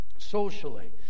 Socially